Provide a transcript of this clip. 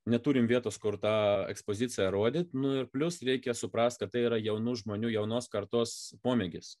neturime vietos kur tą ekspoziciją rodyt nu ir plius reikia suprast kad tai yra jaunų žmonių jaunos kartos pomėgis